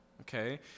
okay